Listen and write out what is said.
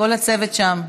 כל הצוות שם.